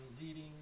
leading